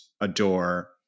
adore